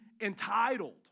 entitled